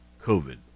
COVID